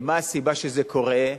מה הסיבה שזה קורה?